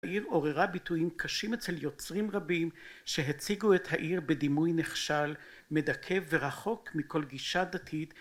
העיר עוררה ביטויים קשים אצל יוצרים רבים שהציגו את העיר בדימוי נכשל מדכא ורחוק מכל גישה דתית